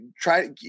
Try